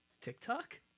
TikTok